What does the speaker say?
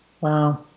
Wow